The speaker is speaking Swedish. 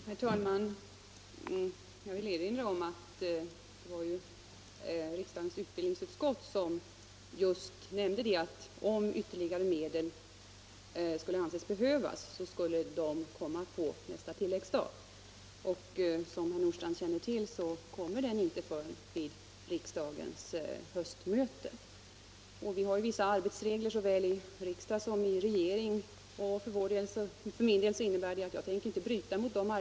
Herr talman! Jag vill erinra om att det var riksdagens utbildningsutskott som nämnde att om ytterligare medel skulle anses behövas skulle de komma på nästa tilläggsstat. Som herr Nordstrandh känner till föreligger denna inte förrän vid riksdagens höstmöte. Vi har också vissa arbetsregler i såväl riksdagen som regeringen, och jag tänker för min del inte bryta mot dem.